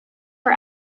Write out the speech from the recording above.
for